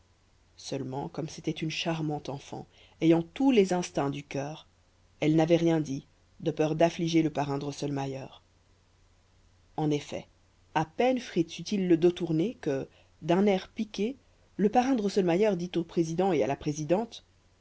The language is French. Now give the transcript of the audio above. seulement comme c'était une charmante enfant ayant tous les instincts du cœur elle n'avait rien dit de peur d'affliger le parrain drosselmayer en effet à peine fritz eut-il le dos tourné que d'un air piqué le parrain drosselmayer dit au président et à la présidente